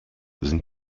sind